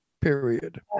period